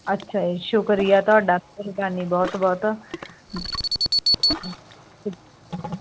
ਅੱਛਾ ਜੀ ਸ਼ੁਕਰੀਆ ਤੁਹਾਡਾ ਮਿਹਰਬਾਨੀ ਬਹੁਤ ਬਹੁਤ